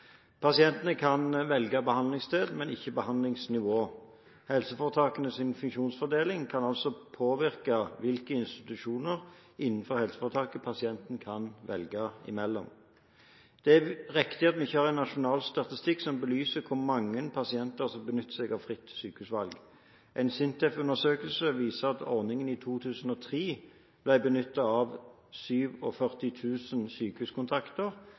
Pasientene kan velge behandlingssted, men ikke behandlingsnivå. Helseforetakenes funksjonsfordeling kan altså påvirke hvilke institusjoner innenfor helseforetaket pasienten kan velge mellom. Det er riktig at vi ikke har en nasjonal statistikk som belyser hvor mange pasienter det er som benytter seg av fritt sykehusvalg. En SINTEF-undersøkelse viser at ordningen i 2003 ble benyttet ved 47 000 sykehuskontakter, dvs. rundt 1,6 pst. av alle planlagte sykehuskontakter.